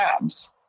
abs